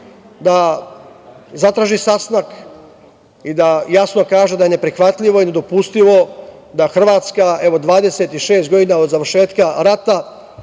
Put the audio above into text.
da zatraži sastanak i da jasno kaže da je neprihvatljivo i nedopustivo da Hrvatska, evo, 26 godina od završetka rata